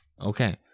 Okay